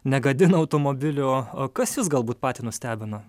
negadina automobilio o kas jus galbūt patį nustebino